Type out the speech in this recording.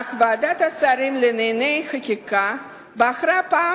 אך ועדת השרים לענייני חקיקה בחרה פעם